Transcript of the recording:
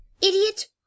Idiot